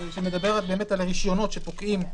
שמדברת על הרישיונות שפוקעים.